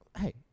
Hey